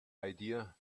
idea